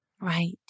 Right